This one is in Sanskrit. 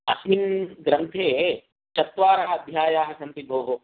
अस्मिन् ग्रन्थे चत्वारः अध्यायाः सन्ति भोः